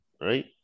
Right